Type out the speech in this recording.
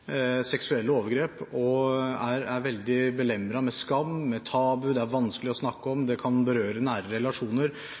Seksuelle overgrep er veldig belemret med skam, med tabu. Det er vanskelig å snakke om.